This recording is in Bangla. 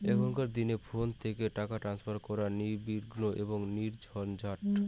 এখনকার দিনে ফোন থেকে টাকা ট্রান্সফার করা নির্বিঘ্ন এবং নির্ঝঞ্ঝাট